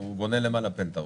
הוא בונה למעלה פנטהאוז,